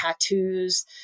tattoos